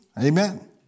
Amen